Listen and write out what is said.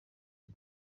twe